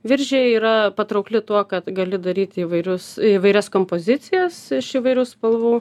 viržiai yra patraukli tuo kad gali daryti įvairius įvairias kompozicijas iš įvairių spalvų